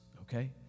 okay